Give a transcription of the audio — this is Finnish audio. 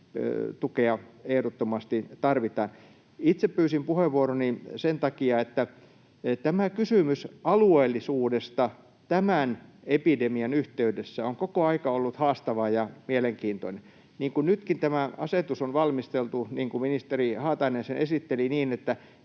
tukea ehdottomasti tarvitaan. Itse pyysin puheenvuoroni sen takia, että kysymys alueellisuudesta tämän epidemian yhteydessä on koko ajan ollut haastava ja mielenkiintoinen. Nytkin tämä asetus on valmisteltu, niin kuin ministeri Haatainen sen esitteli, niin että